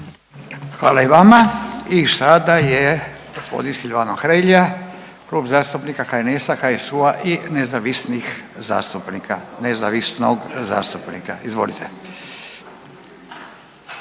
Hvala i vama. I sada je gospodin Silvano Hrelja, Klub zastupnika HNS-a, HSU-a i nezavisnih zastupnika, nezavisnog